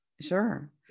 Sure